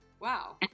Wow